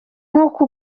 nkuko